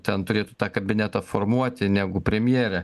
ten turėtų tą kabinetą formuoti negu premjerė